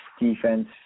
defense